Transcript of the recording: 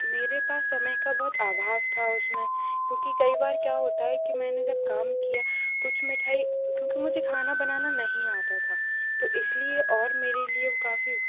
मेरे पास समय का बहुत अभाव था उसमें क्योंकि कई बार क्या होता है कि मैंने जब काम किया कुछ मिठाई क्योंकि मुझे खाना बनाना नहीं आता था तो इसलिए और मेरे लिए काफ़ी